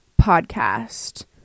podcast